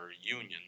union